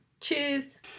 Cheers